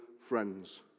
friends